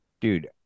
dude